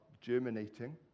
germinating